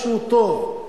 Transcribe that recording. משהו טוב,